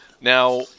Now